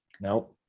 Nope